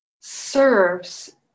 serves